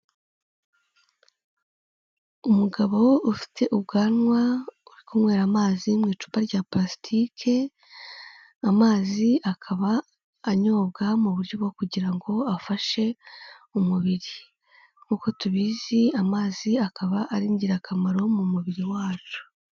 Umugabo ufite ubwanwa uri kunywera amazi mu icupa rya pulasitike, amazi akaba anyobwa mu buryo bwo kugira ngo afashe umubiri. Nkuko tubizi amazi akaba ari ingirakamaro mu mubiri wacu.